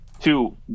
two –